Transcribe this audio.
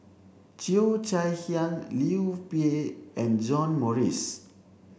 Cheo Chai Hiang Liu Peihe and John Morrice